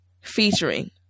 Featuring